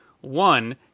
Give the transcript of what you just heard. One